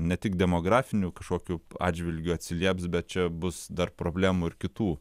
ne tik demografiniu kažkokiu atžvilgiu atsilieps bet čia bus dar problemų ir kitų